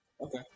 Okay